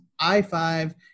i5